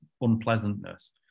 unpleasantness